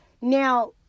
Now